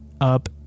up